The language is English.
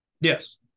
Yes